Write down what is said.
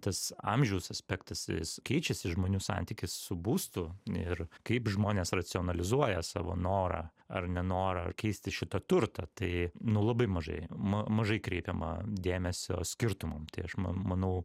tas amžiaus aspektas jis keičiasi žmonių santykis su būstu ir kaip žmonės racionalizuoja savo norą ar nenorą ar keisti šitą turtą tai nu labai mažai ma mažai kreipiama dėmesio skirtumam tai aš ma manau